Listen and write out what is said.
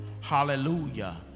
hallelujah